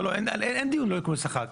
לא, אין דיון לא לקבל שכר.